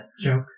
joke